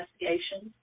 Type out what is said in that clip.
investigations